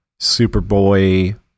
Superboy